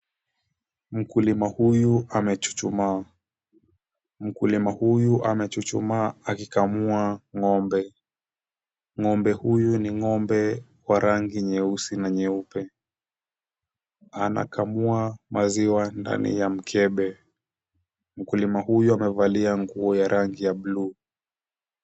Mkulima huyu amechuchumaa. Mkulima huyu anachuchumaa akikamua ng'ombe. Ng'ombe huyu ni ng'ombe wa rangi nyeusi na nyeupe. Anakamua maziwa ndani ya mkebe. Mkulima huyu amevalia nguo ya rangi ya buluu.